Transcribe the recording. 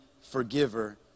forgiver